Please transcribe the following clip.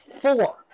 four